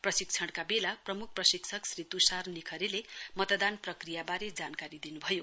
प्रशिक्षणका वेला प्रम्ख प्रशिक्षक श्री त्षार निखरेले मतदान प्रक्रियाबारे जानकारी दिन्भयो